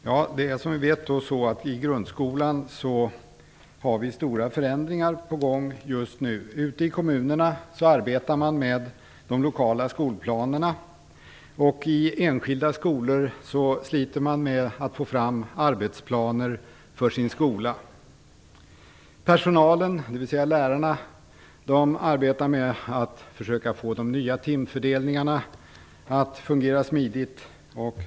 Herr talman! Som vi vet är det stora förändringar på gång i grundskolan just nu. Ute i kommunerna arbetar man med de lokala skolplanerna, och i enskilda skolor sliter man med att få fram arbetsplaner för sin skola. Personalen, dvs. lärarna, arbetar med att försöka få de nya timfördelningarna att fungera smidigt.